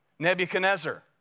Nebuchadnezzar